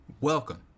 Welcome